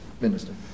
minister